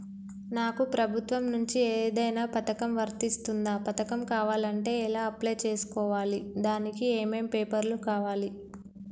నాకు ప్రభుత్వం నుంచి ఏదైనా పథకం వర్తిస్తుందా? పథకం కావాలంటే ఎలా అప్లై చేసుకోవాలి? దానికి ఏమేం పేపర్లు కావాలి?